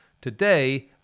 Today